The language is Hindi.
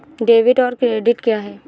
डेबिट और क्रेडिट क्या है?